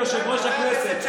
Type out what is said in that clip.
יושב-ראש הכנסת.